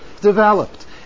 developed